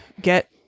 get